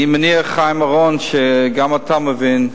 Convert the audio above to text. אני מניח, חיים אורון, שגם אתה מבין,